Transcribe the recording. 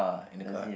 in a card